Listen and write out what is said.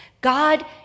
God